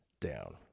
Down